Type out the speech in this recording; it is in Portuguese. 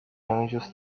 anjos